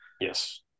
Yes